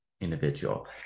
individual